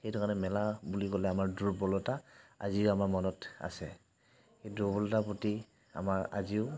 সেইটো কাৰণে মেলা বুলি ক'লে আমাৰ দুৰ্বলতা আজিও আমাৰ মনত আছে সেই দুৰ্বলতাৰ প্ৰতি আমাৰ আজিও